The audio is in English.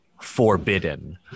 forbidden